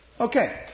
Okay